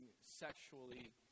sexually